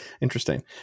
Interesting